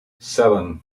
seven